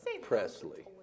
Presley